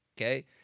okay